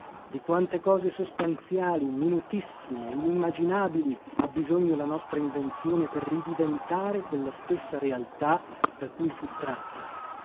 di quante cose sostanziali minutissime inimmaginabili ha bisogno la nostra invenzione per ridiventare quella stessa realtà da cui fu tratta